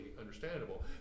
understandable